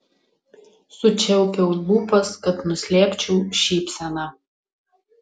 sučiaupiau lūpas kad nuslėpčiau šypseną